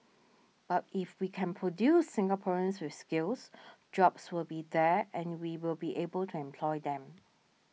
but if we can produce Singaporeans with skills jobs will be there and we will be able to employ them